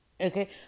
Okay